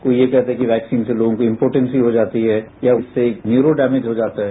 कोई ये कहता है कि वैक्सीन से लोगों की इम्पोटेंसी हो जाती है या उससे न्यूरो डैमेज हो जाता है